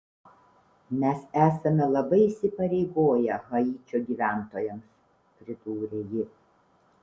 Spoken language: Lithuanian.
mes esame labai įsipareigoję haičio gyventojams pridūrė ji